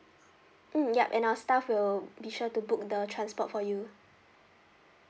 mm yup and our staff will be sure to book the transport for you